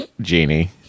genie